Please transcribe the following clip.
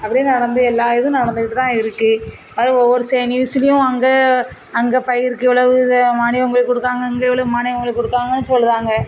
அப்படியே நடந்து எல்லாம் இதுவும் நடந்துக்கிட்டு தான் இருக்குது அது ஒவ்வொரு செ நியூஸ்லையும் அங்கே அங்கே பயிருக்கு இவ்வளோவு இது மானியம் போய் கொடுக்காங்க இங்கே இவ்வளோ மானியம் இவங்களுக்கு கொடுக்காங்கன்னு சொல்கிறாங்க